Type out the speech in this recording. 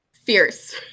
Fierce